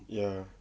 ya